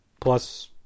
Plus